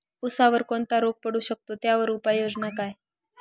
ऊसावर कोणता रोग पडू शकतो, त्यावर उपाययोजना काय?